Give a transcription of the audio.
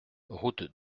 route